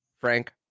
Frank